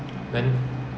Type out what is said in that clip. then